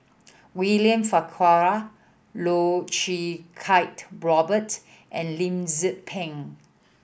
William Farquhar Loh Choo Kiat Robert and Lim Tze Peng